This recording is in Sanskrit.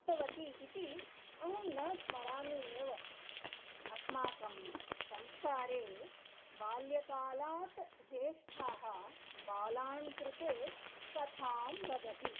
उक्तवती इति अहं न स्मरामि एव अस्माकं संस्कारे बाल्यकालात् ज्येष्ठाः बालान् कृते कथां वदति